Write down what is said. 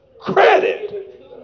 credit